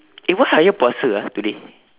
eh why ayah puasa ah today